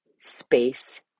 space